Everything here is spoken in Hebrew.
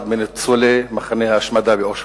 אחד מניצולי מחנה ההשמדה באושוויץ,